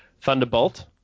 Thunderbolt